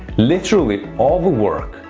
literally all the work,